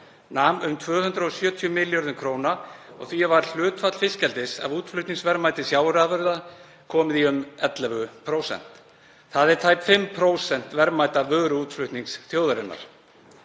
nam um 270 milljörðum kr. og því var hlutfall fiskeldis af útflutningsverðmæti sjávarafurða komið í um 11%. Það eru tæp 5% verðmæta vöruútflutnings þjóðarinnar.